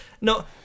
no